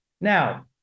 Now